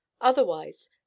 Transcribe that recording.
Otherwise